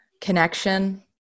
connection